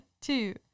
two